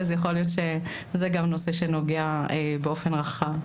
אז יכול להיות שזה גם נושא שנוגע באופן רחב.